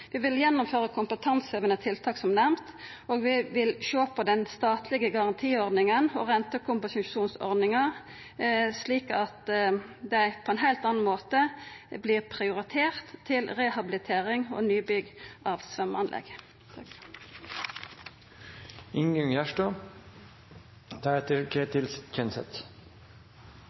Vi vil gjennomføra kompetansehevande tiltak, som nemnt, og vi vil sjå på den statlege garantiordninga og på rentekompensasjonsordninga, slik at dei på ein heilt annan måte vert prioriterte til rehabilitering og nybygg av